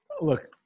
Look